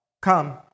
come